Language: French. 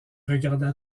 regarda